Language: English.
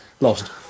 lost